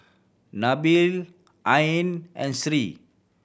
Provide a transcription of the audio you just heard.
Nabil Ain and Sri